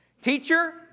Teacher